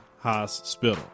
hospital